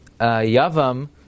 yavam